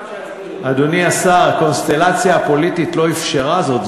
אדוני השר, הקונסטלציה הפוליטית לא אפשרה זאת.